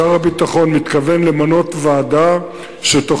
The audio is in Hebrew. שר הביטחון מתכוון למנות ועדה שבתוך